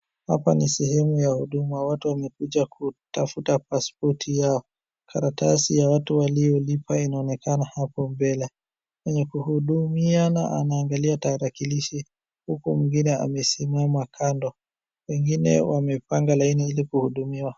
Hapa ni sehemu ya Huduma. Watu wamekuja kutafta pasipoti yao. Karatasi ya watu waliolipa inaonekana hapo mbele. Mwenye kuhudumiana anaangalia tarakilishi, huki mwingine amesimama kando. Wengine wamepanga laini ili kuhudumiwa.